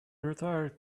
retired